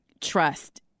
trust